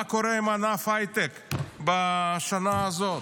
מה קורה עם ענף ההייטק בשנה הזאת?